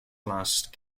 last